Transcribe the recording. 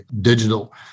digital